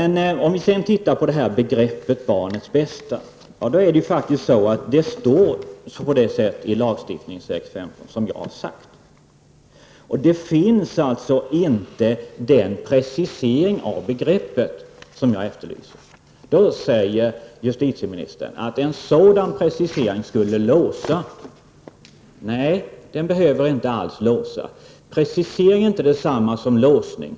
När det gäller begreppet barnets bästa står det så som jag har sagt i lagstiftningstexten. Begreppet preciseras inte, vilket jag efterlyser. Justitieministern säger att en sådan precisering skulle låsa. Nej, den behöver inte alls låsa. Precisering är inte detsamma som låsning.